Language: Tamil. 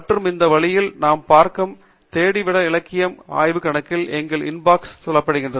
மற்றும் அந்த வழியில் நாம் பார்க்க மற்றும் தேடி விட இலக்கிய ஆய்வு கணக்கில் எங்கள் இன்பாக்ஸ் தள்ளப்படுகிறது